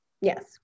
Yes